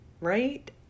Right